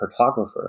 cartographer